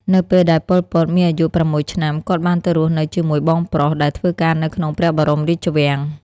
នៅពេលដែល ប៉ុល ពត មានអាយុ៦ឆ្នាំ គាត់បានទៅរស់នៅជាមួយបងប្រុសដែលធ្វើការនៅក្នុងព្រះបរមរាជវាំង។